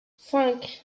cinq